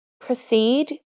Proceed